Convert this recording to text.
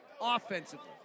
offensively